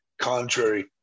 contrary